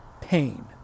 pain